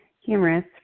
humorous